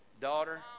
daughter